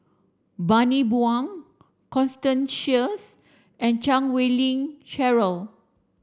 Bani Buang Constance Sheares and Chan Wei Ling Cheryl